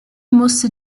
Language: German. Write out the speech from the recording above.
musste